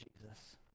Jesus